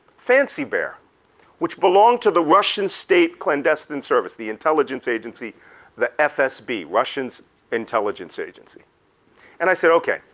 fancy bear which belonged to the russian state clandestine service, the intelligence agency the fsb, russian intelligence agency and i said okay,